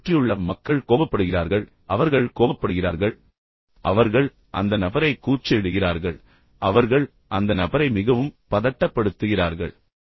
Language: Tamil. எனவே சுற்றியுள்ள மக்கள் கோபப்படுகிறார்கள் அவர்கள் கோபப்படுகிறார்கள் அவர்கள் அந்த நபரைக் கூச்சலிடுகிறார்கள் அவர்கள் அந்த நபரை மிகவும் பதட்டப்படுத்துகிறார்கள்